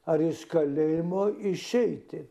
ar iš kalėjimo išeiti